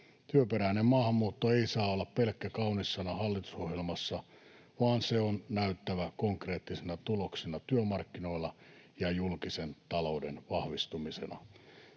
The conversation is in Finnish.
Työperäinen maahanmuutto ei saa olla pelkkä kaunis sana hallitusohjelmassa, vaan sen on näyttävä konkreettisena tuloksena työmarkkinoilla ja julkisen talouden vahvistumisena.